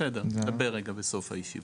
בסדר, נדבר רגע בסוף הישיבה.